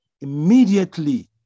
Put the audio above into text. immediately